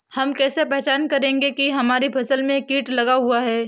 हम कैसे पहचान करेंगे की हमारी फसल में कीट लगा हुआ है?